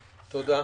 תודה.